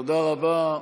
תודה רבה.